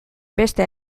beste